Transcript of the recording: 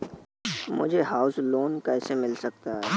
मुझे house loan कैसे मिल सकता है?